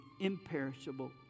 imperishable